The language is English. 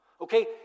Okay